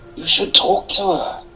you should talk to